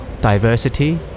diversity